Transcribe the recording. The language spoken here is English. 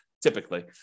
typically